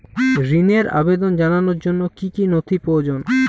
ঋনের আবেদন জানানোর জন্য কী কী নথি প্রয়োজন?